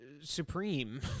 supreme